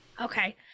Okay